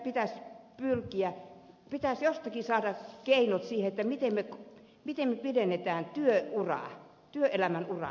nyt meidän pitäisi jostakin saada keinot siihen miten me pidennämme työuraa työelämän uraa